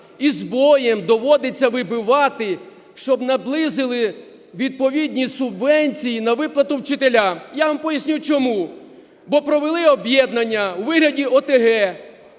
з боєм доводиться вибивати, щоб наблизили відповідні субвенції на виплату вчителям. Я вам поясню, чому. Бо провели об'єднання у вигляді ОТГ